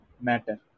matter